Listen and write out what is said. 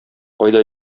кайда